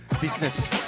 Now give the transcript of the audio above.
business